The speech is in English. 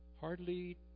hardly